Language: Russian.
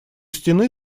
стены